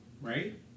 Right